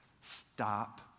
stop